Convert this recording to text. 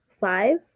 Five